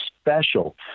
special